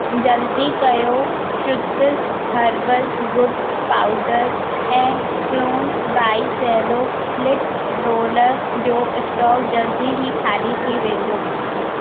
जल्दी कयो श्रुतिस हर्बल गुड़ पाउडर ऐं क्लोन बाइ सेलो लिट रोलर जो स्टोक जल्द ई ख़ाली थी वेंदो